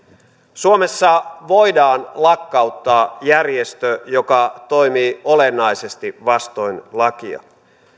suomessa voidaan lakkauttaa järjestö joka toimii olennaisesti vastoin lakia